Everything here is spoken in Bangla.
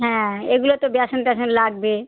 হ্যাঁ এগুলো তো বেসম ট্যাসন লাগবে